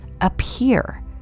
appear